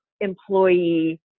employee